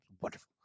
wonderful